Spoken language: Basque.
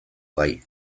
gai